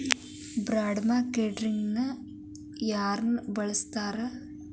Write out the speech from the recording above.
Bond market ನ ಯಾರ್ನಡ್ಸ್ತಾರ?